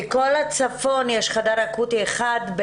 בכל הצפון יש חדר אקוטי אחד,